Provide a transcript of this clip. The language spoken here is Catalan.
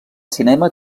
cinema